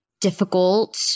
difficult